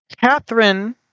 Catherine